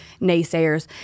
naysayers